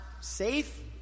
safe